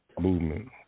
movement